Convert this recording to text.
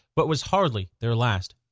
but was hardly their last.